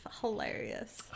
hilarious